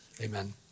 Amen